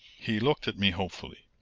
he looked at me hopefully.